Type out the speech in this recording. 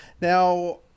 Now